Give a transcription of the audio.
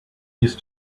used